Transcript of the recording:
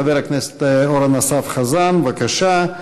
חבר הכנסת אורן אסף חזן, בבקשה.